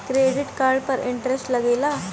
Credit card पर interest लागेला?